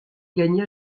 gagna